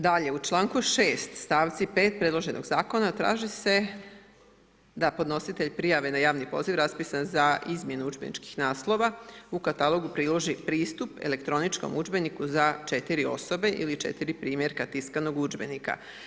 Dalje u članku 6. stavci 5 predloženog zakona traži se da podnositelj prijave na javni poziv raspisan za izmjenu udžbeničkih naslova u katalogu priloži pristup elektroničkom udžbeniku za 4 osobe ili 4 primjerka tiskanog udžbenika.